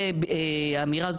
האמירה הזאת,